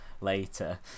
later